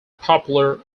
popular